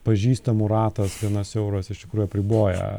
pažįstamų ratas vienas euras iš tikrųjų apriboja